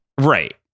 Right